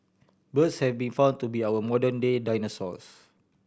birds have been found to be our modern day dinosaurs